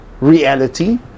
reality